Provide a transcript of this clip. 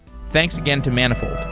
thanks again to manifold.